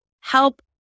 help